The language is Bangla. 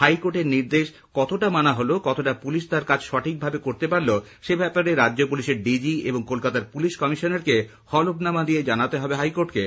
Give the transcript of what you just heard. হাইকোর্টের নির্দেশ কতটা মানা হল কতটা পুলিশ তার কাজ সঠিকভাবে করতে পারল সে ব্যাপারে রাজ্য পুলিশের ডিজি এবং কলকাতার পুলিশ কমিশনারকে হলফনামা দিয়ে জানাতে হবে হাইকোর্টকে